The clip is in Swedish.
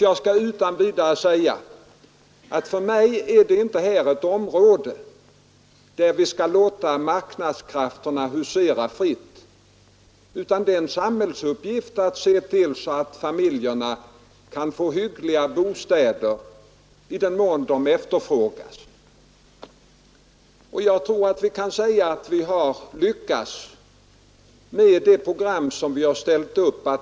Jag skall utan vidare säga att för mig är inte detta ett område där vi skall låta marknadskrafterna husera fritt. Det är en samhällsuppgift att se till att familjerna kan få hyggliga bostäder i den mån sådana efterfrågas. Jag tror vi kan säga att vi har lyckats med det program som vi har ställt upp.